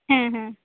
ᱦᱮᱸ ᱦᱮᱸ